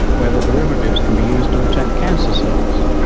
where their derivatives can be used to attack cancer cells.